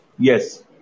Yes